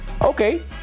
Okay